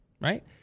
right